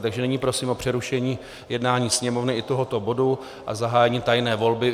Takže nyní prosím o přerušení jednání Sněmovny i tohoto bodu a zahájením tajné volby.